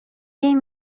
این